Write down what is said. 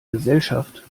gesellschaft